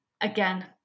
again